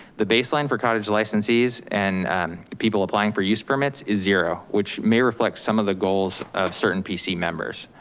the baseline for cottage licenses and people applying for use permits is zero, which may reflect some of the goals of certain pc members.